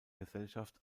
gesellschaft